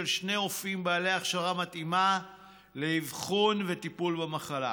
שני רופאים בעלי הכשרה מתאימה לאבחון ולטיפול במחלה,